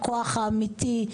הכוח האמיתי,